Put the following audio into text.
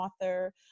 author